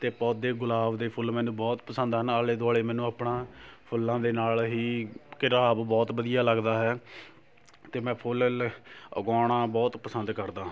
ਅਤੇ ਪੌਦੇ ਗੁਲਾਬ ਦੇ ਫੁੱਲ ਮੈਨੂੰ ਬਹੁਤ ਪਸੰਦ ਹਨ ਆਲ਼ੇ ਦੁਆਲ਼ੇ ਮੈਨੂੰ ਆਪਣਾ ਫੁੱਲਾਂ ਦੇ ਨਾਲ ਹੀ ਘਿਰਾਵ ਬਹੁਤ ਵਧੀਆ ਲੱਗਦਾ ਹੈ ਅਤੇ ਮੈਂ ਫੁੱਲ ਲ ਉਗਾਉਣਾ ਬਹੁਤ ਪਸੰਦ ਕਰਦਾ ਹਾਂ